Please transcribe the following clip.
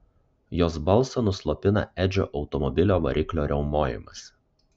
jos balsą nuslopina edžio automobilio variklio riaumojimas